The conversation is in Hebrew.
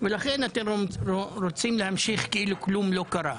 ולכן אתם רוצים להמשיך כאילו כלום לא קרה.